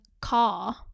car